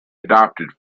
adopted